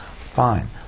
fine